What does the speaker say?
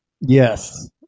Yes